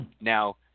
Now